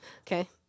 Okay